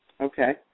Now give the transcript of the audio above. okay